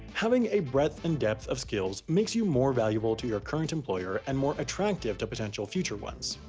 having a breadth and depth of skills makes you more valuable to your current employer and more attractive to potential future ones.